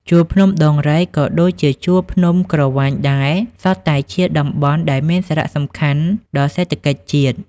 ជួរភ្នំដងរែកក៏ដូចជាជួរភ្នំក្រវាញដែរ សុទ្ធតែជាតំបន់ ដែលមានសារៈសំខាន់ដល់សេដ្ឋកិច្ចជាតិ ។